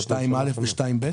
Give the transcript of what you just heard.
2(א) ו-2(ב)?